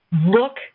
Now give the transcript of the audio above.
Look